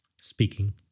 speaking